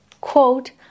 quote